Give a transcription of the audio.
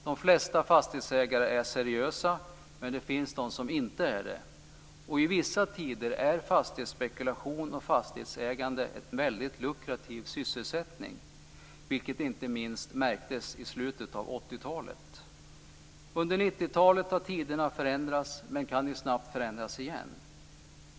De flesta fastighetsägare är seriösa. Men det finns de som inte är det. I vissa tider är fastighetsspekulation och fastighetsägande en mycket lukrativ sysselsättning, vilket inte minst märktes i slutet av 80-talet. Under 90-talet har tiderna förändrats, men kan snabbt förändras igen.